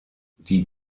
die